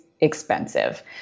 expensive